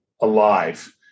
alive